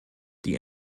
die